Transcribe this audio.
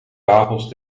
wafels